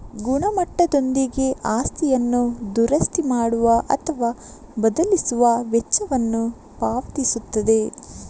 ಗುಣಮಟ್ಟದೊಂದಿಗೆ ಆಸ್ತಿಯನ್ನು ದುರಸ್ತಿ ಮಾಡುವ ಅಥವಾ ಬದಲಿಸುವ ವೆಚ್ಚವನ್ನು ಪಾವತಿಸುತ್ತದೆ